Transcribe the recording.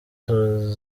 babone